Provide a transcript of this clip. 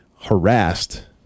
harassed